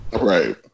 Right